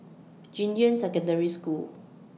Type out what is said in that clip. Junyuan Secondary School